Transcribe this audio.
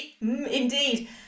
Indeed